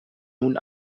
nun